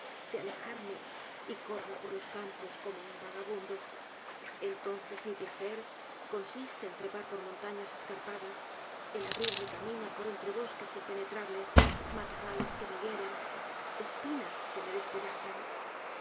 de alejarme y corro por los campos como un vagabundo entonces mi placer consiste en trepar por montañas escarpadas en abrirme camino por entre bosques impenetrables matorrales que me hieren espinas qué me despedazan